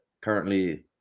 currently